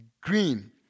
green